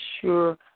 sure